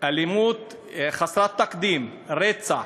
אלימות חסרת תקדים, רצח.